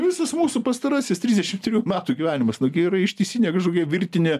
visas mūsų pastarasis trisdešimt trijų metų gyvenimas nu gi yra ištisinė kažkokia virtinė